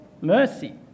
mercy